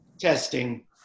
testing